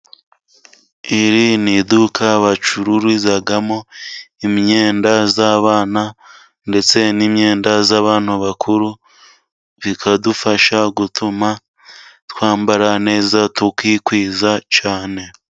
Iri ni iduka bacururizamo imyenda y'abana ndetse n'imyenda y'abantu bakuru, bikadufasha gutuma twambara neza, tukikwiza cyane.